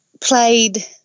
played